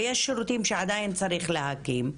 ויש שירותים שעדיין צריך להקים,